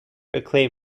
acclaim